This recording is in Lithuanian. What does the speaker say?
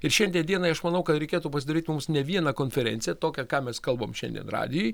ir šiandien dienai aš manau kad reikėtų pasidaryti mums ne vieną konferenciją tokią ką mes kalbam šiandien radijuj